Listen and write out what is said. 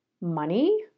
money